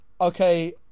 okay